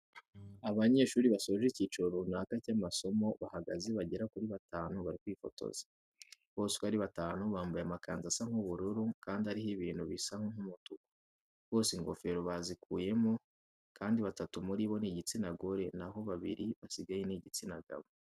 Abanyeshuri basoje icyiciro runaka cy'amasomo bahagaze bagera kuri batanu bari kwifotoza, bose uko ari batanu bambaye amakanzu asa nk'ubururu kandi ariho ibintu bisa nk'umutuku. Bose ingofero bazikuyemo kandi batatu muri bo ni igitsina gore, na ho babiri basigaye ni igitsina gabo.